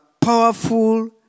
powerful